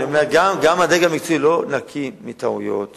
אני אומר: גם הדרג המקצועי לא נקי מטעויות